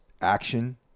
action